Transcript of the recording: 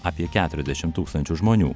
apie keturiasdešimt tūkstančių žmonių